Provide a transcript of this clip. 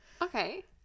Okay